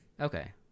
Okay